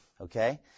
okay